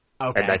Okay